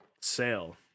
sale